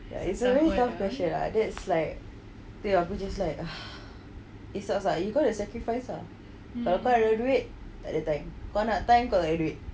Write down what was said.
ya it's a very tough question lah that's like aku just like it sucks ah you gonna sacrifice ah kalau kau nak duit takde time kalau kau nak time kau takde duit